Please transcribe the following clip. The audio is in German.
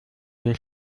wir